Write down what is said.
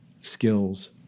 skills